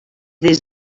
des